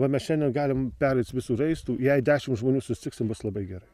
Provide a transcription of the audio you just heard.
va mes šiandien galim pereit visų raistų jei dešim žmonių susitiksim bus labai gerai